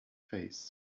face